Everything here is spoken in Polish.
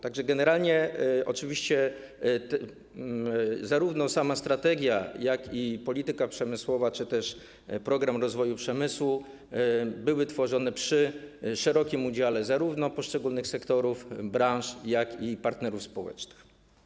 Tak że generalnie zarówno sama strategia, jak i polityka przemysłowa czy też program rozwoju przemysłu były tworzone przy szerokim udziale poszczególnych sektorów, branż i partnerów społecznych.